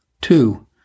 Two